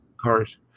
cars